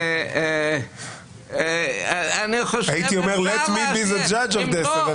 70. הייתי אומר: let me be the judge of this.